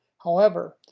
however,